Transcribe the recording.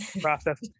Process